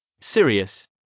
Sirius